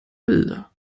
bilder